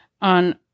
on